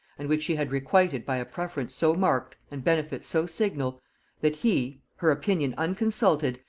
and which she had requited by a preference so marked and benefits so signal that he her opinion unconsulted,